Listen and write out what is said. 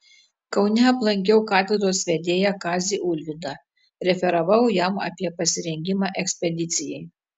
kaune aplankiau katedros vedėją kazį ulvydą referavau jam apie pasirengimą ekspedicijai